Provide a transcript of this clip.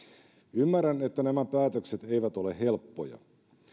ymmärrän että nämä päätökset eivät ole helppoja